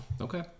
Okay